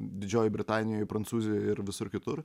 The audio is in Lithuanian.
didžiojioj britanijoj prancūzijoj ir visur kitur